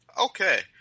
Okay